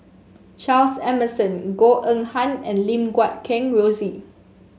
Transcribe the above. Charles Emmerson Goh Eng Han and Lim Guat Kheng Rosie